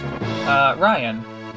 Ryan